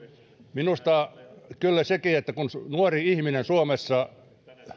minusta on kyllä huono sekin että kun nuori ihminen suomessa